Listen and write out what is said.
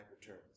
Returns